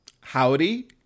Howdy